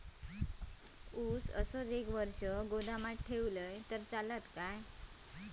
ऊस असोच एक वर्ष गोदामात ठेवलंय तर चालात?